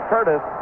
Curtis